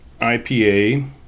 IPA